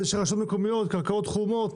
של רשויות מקומיות, קרקעות חומות,